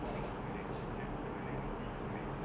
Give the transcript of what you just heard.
berapa like sembilan puluh dollar lebih U_S_D